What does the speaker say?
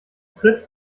tritt